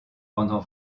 durant